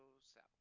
south